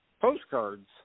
postcards